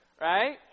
right